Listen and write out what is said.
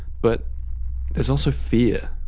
but there is also fear.